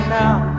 now